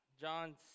John